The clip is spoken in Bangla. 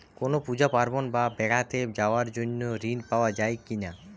কোনো পুজো পার্বণ বা বেড়াতে যাওয়ার জন্য ঋণ পাওয়া যায় কিনা?